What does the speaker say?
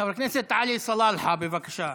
חבר הכנסת עלי סלאלחה, בבקשה,